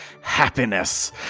happiness